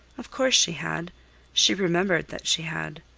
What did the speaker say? of course she had she remembered that she had.